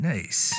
Nice